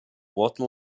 water